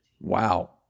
Wow